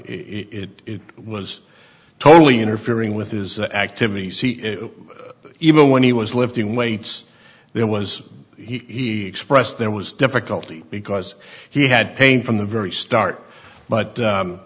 where it was totally interfering with his activity see even when he was lifting weights there was he expressed there was difficulty because he had pain from the very start but